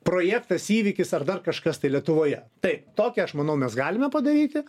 projektas įvykis ar dar kažkas tai lietuvoje taip tokią aš manau mes galime padaryti